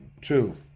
two